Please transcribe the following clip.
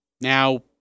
now